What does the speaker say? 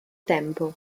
tempo